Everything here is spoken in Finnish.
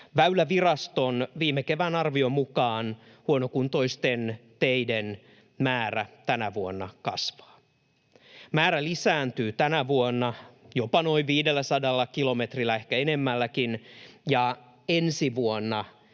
Väyläviraston viime kevään arvion mukaan huonokuntoisten teiden määrä tänä vuonna kasvaa. Määrä lisääntyy tänä vuonna jopa noin 500 kilometrillä, ehkä enemmälläkin, ja ensi vuonna